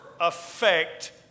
affect